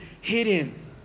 hidden